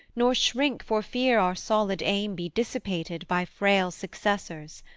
nor shrink for fear our solid aim be dissipated by frail successors.